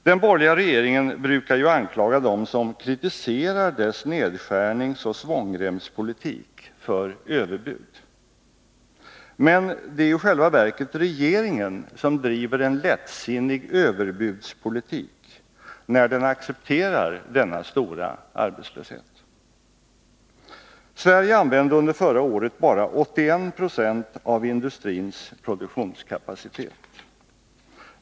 Den borgerliga regeringen brukar anklaga dem som kritiserar dess nedskärningsoch svångremspolitik för överbud. Men det är ju i själva verket regeringen som driver en lättsinnig överbudspolitik, när den accepterar denna stora arbetslöshet. Sverige använde under förra året bara 81 96 av industrins produktionskapacitet.